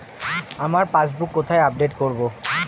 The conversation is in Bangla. আমার পাসবুক কোথায় আপডেট করব?